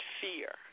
fear